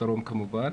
בדרום כמובן,